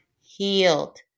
healed